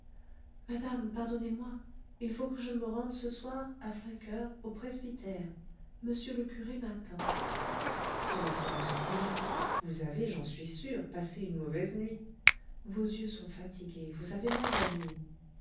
madame pardonnez-moi il faut que je me rende ce soir à cinq heures au presbytère m le curé m'attend cela serait imprudent vous avez j'en suis sûre passé une mauvaise nuit vos yeux sont fatigués vous avez mal dormi